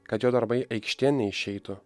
kad jo darbai aikštėn neišeitų